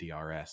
DRS